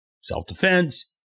Self-defense